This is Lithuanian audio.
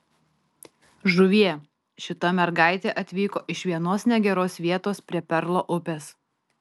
žuvie šita mergaitė atvyko iš vienos negeros vietos prie perlo upės